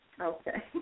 Okay